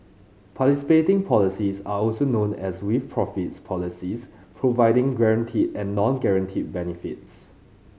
participating policies are also known as 'with profits' policies providing both guarantee and non guarantee benefits